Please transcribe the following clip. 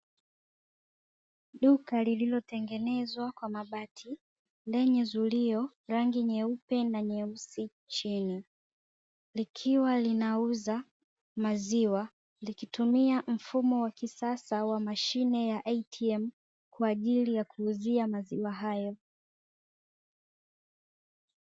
Duka lililotengenezwa kwa mabati, lenye zulio, rangi nyeupe na nyeusi chini. Likiwa linauza maziwa likitumia mfumo wa kisasa wa mashine ya "ATM" kwa ajili ya kuuzia maziwa hayo.